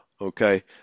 Okay